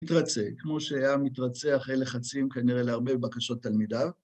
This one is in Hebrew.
מתרצה, כמו שהיה מתרצה אחרי לחצים כנראה להרבה בקשות תלמידיו